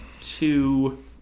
two